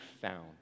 found